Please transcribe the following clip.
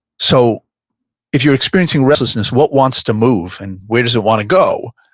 so if you're experiencing restlessness, what wants to move and where does it want to go?